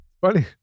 Funny